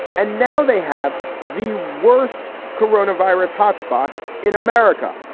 and now they have the worst corona virus hotspot in america.